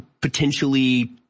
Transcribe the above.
potentially